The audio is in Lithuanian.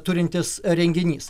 turintis renginys